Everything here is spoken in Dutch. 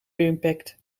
impact